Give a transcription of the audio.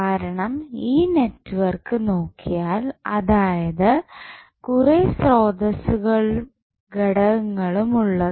കാരണം ഈ നെറ്റ്വർക്ക് നോക്കിയാൽ അതായത് കുറേ സ്രോതസ്സുകളും ഘടകങ്ങളും ഉള്ളത്